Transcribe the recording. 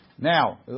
Now